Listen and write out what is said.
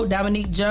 Dominique